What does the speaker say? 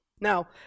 now